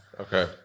Okay